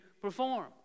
perform